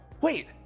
Wait